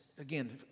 Again